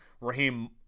Raheem